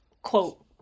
quote